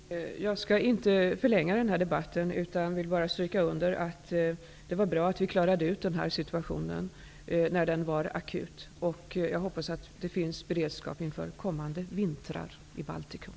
Herr talman! Jag skall inte förlänga den här debatten, utan vill bara stryka under att det var bra att vi klarade ut den här situationen när den var akut. Jag hoppas att det finns beredskap inför kommande vintrar i Baltikum.